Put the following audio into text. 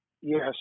Yes